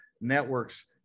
networks